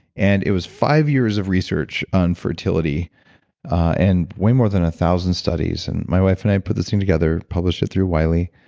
and it was five years of research on fertility and way more than one thousand studies. and my wife and i put this thing together, published it through wiley,